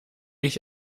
ich